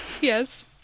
Yes